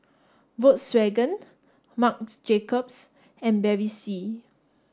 Volkswagen Marc Jacobs and Bevy C